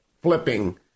flipping